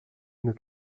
nos